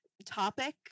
Topic